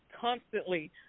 constantly